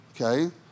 Okay